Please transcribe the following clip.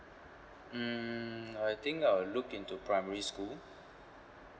hmm I think I will look into primary school